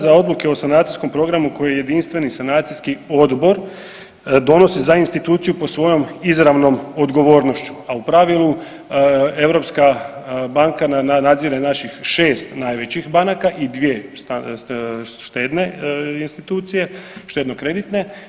Za odluke o sanacijskom programu koji je jedinstveni sanacijski odbor donosi za instituciju pod svojom izravnom odgovornošću, a u pravilu Europska banka nadzire naših 6 najvećih banaka i 2 štedne institucije, štedno-kreditne.